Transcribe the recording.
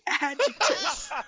adjectives